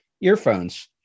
earphones